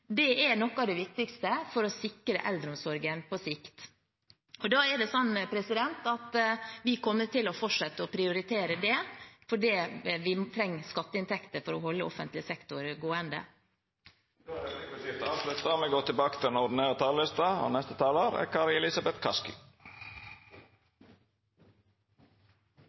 Det er noe av det viktigste for å sikre eldreomsorgen på sikt. Og vi kommer til å fortsette å prioritere det, for vi trenger skatteinntekter for å holde offentlig sektor gående. Replikkordskiftet er då avslutta. En økonomisk krise, den største siden annen verdenskrig, klimakrise, en eksistensiell krise og